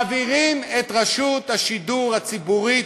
ומעבירים את רשות השידור הציבורי,